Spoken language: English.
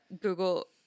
Google